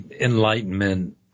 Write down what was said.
enlightenment